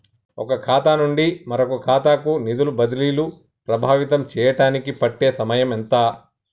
ఒక ఖాతా నుండి మరొక ఖాతా కు నిధులు బదిలీలు ప్రభావితం చేయటానికి పట్టే సమయం ఎంత?